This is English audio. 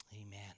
Amen